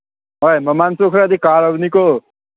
ꯍꯣꯏ ꯃꯃꯟꯁꯨ ꯈꯔꯗꯤ ꯀꯥꯔꯕꯅꯤꯀꯣ